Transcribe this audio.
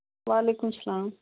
وعلیکُم سلام